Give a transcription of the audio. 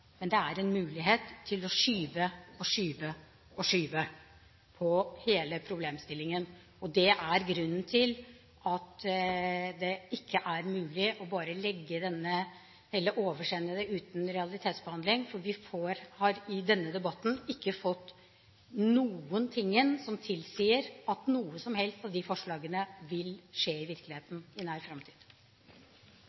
men det er en mulighet til å skyve og skyve og skyve på hele problemstillingen. Det er grunnen til at det ikke er mulig bare å oversende det uten realitetsbehandling, for det har i denne debatten ikke kommet fram noe som tilsier at noen av de forslagene vil bli realisert i